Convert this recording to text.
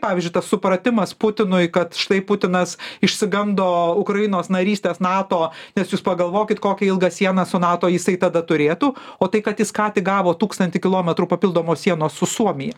pavyzdžiui tas supratimas putinui kad štai putinas išsigando ukrainos narystės nato nes jūs pagalvokit kokią ilgą siena su nato jisai tada turėtų o tai kad jis ką tik gavo tūkstantį kilometrų papildomos sienos su suomija